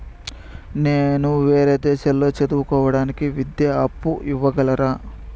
నేను వేరే దేశాల్లో చదువు కోవడానికి విద్యా అప్పు ఇవ్వగలరా?